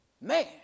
Man